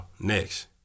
Next